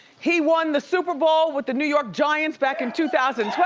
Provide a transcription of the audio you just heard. he won the super bowl with the new york giants back in two thousand